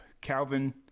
calvin